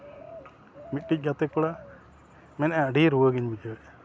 ᱢᱤᱫᱴᱤᱡ ᱜᱟᱛᱮ ᱠᱚᱲᱟ ᱢᱮᱱᱮᱛᱼᱟᱭ ᱟᱹᱰᱤ ᱨᱩᱣᱟᱹᱜᱮᱧ ᱵᱩᱡᱷᱟᱹᱣᱮᱜᱼᱟ